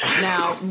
Now